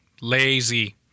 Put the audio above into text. Lazy